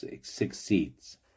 succeeds